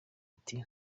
ati